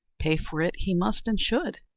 pay for it he must, and should.